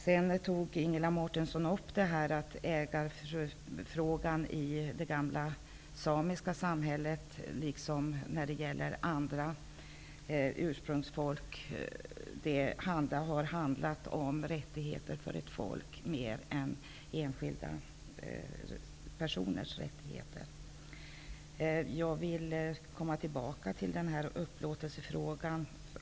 Sedan tog Ingela Mårtensson upp frågan om ägande i det gamla samiska samhället liksom hos andra ursprungsfolk. Det har här mer handlat om ett folks rättigheter än om enskilda personers rättigheter. Jag vill återkomma till frågan om upplåtelse.